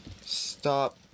stop